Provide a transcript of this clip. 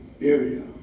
area